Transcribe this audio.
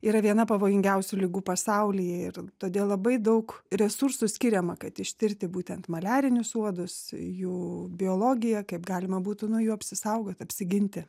yra viena pavojingiausių ligų pasaulyje ir todėl labai daug resursų skiriama kad ištirti būtent maliarinius uodus jų biologiją kaip galima būtų nuo jų apsisaugot apsiginti